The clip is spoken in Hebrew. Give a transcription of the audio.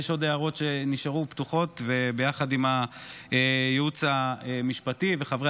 יש עוד הערות שנשארו פתוחות וביחד עם הייעוץ המשפטי וחברי